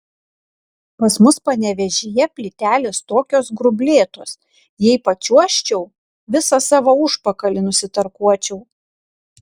pas mus panevėžyje plytelės tokios grublėtos jei pačiuožčiau visą savo užpakalį nusitarkuočiau